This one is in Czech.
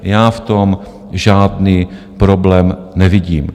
Já v tom žádný problém nevidím.